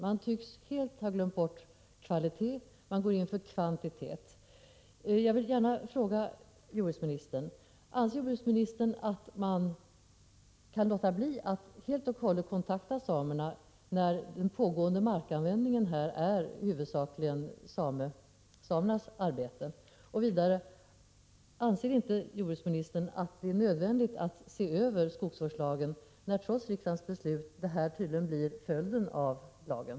Man tycks helt ha glömt bort kvalitet, man går in för kvantitet. Anser inte jordbruksministern att det är nödvändigt att se över skogsvårdslagen, när trots riksdagens beslut den här beskrivna utvecklingen tydligen blir följden av lagen?